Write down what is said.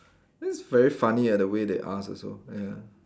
that's very funny ah the way they ask also ah ya